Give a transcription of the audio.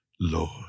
Lord